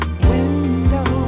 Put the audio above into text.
window